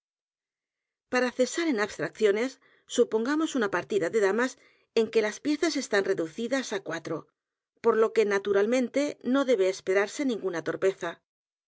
a cesar en abstracciones supongamos una p a r los crímenes de la calle morgue tida de damas en que las piezas están reducidas á cuat r o por lo que naturalmente no debe esperarse ninguna torpeza